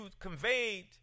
conveyed